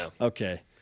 Okay